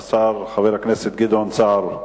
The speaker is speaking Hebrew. השר חבר הכנסת גדעון סער,